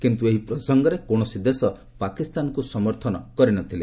କିନ୍ତୁ ଏହି ପ୍ରସଙ୍ଗରେ କୌଣସି ଦେଶ' ପାକିସ୍ତାନକୁ ସମର୍ଥନ କରି ନ ଥିଲେ